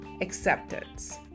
acceptance